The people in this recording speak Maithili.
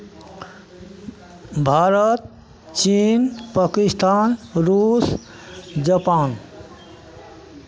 भारत चीन पाकिस्तान रूस जापान